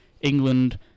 England